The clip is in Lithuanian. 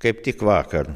kaip tik vakar